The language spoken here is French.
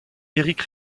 éric